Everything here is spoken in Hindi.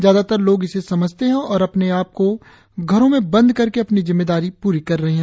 ज्यादातर लोग इसे समझते हैं और अपने आप को घरों में बंद करके अपनी जिम्मेदारी पूरी कर रहे हैं